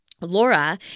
Laura